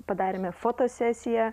padarėme fotosesiją